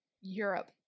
Europe